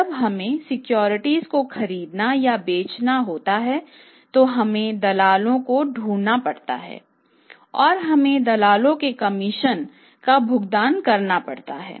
जब हमें सिक्योरिटीज को खरीदना या बेचना होता है तो हमें दलालों को ढूंढना पड़ता है और हमें दलालों के कमीशन का भुगतान करना पड़ता है